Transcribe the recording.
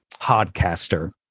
podcaster